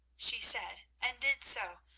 she said, and did so.